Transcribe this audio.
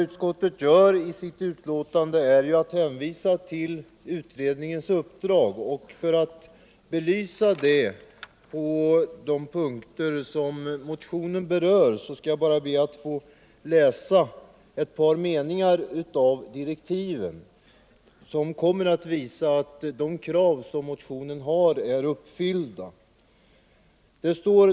Utskottet hänvisar i sitt betänkande till utredningens uppdrag. För att belysa det på de punkter som motionen berör skall jag be att få läsa upp ett par meningar ur direktiven som kommer att visa att de krav som ställts i motionen är uppfyllda.